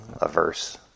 averse